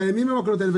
קיימים המקלות האלה,